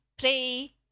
Pray